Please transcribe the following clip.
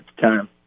time